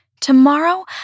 Tomorrow